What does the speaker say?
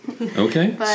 Okay